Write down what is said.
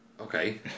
Okay